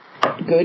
Good